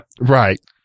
Right